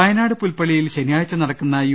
വയനാട് പൂൽപ്പള്ളിയിൽ ശനിയാഴ്ച്ച നടക്കുന്ന യു